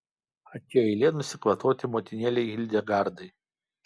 atėjo eilė nusikvatoti motinėlei hildegardai